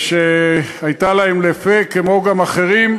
שהייתה להם לפה, כמו גם אחרים.